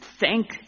thank